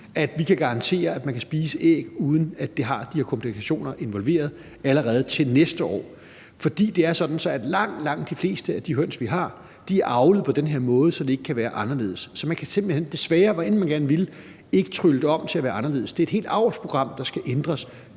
at vi kan garantere, at man kan spise æg, uden at det involverer de her komplikationer, allerede til næste år. For det er sådan, at langt, langt de fleste af de høns, vi har, er avlet på den her måde, så det ikke kan være anderledes. Så man kan simpelt hen ikke, desværre – hvor gerne man end ville – trylle det om til at være anderledes. Det er et helt avlsprogram, der skal ændres.